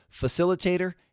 facilitator